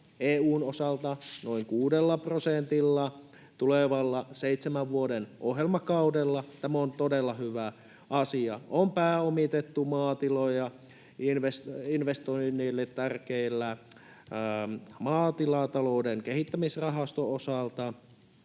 EU:n osalta noin kuudella prosentilla tulevalla seitsemän vuoden ohjelmakaudella. Tämä on todella hyvä asia. On pääomitettu maatiloja investoinneille tärkeän Maatilatalouden Kehittämisrahaston osalta.